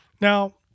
Now